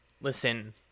listen